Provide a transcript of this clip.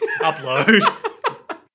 Upload